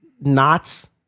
knots